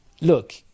look